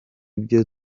byo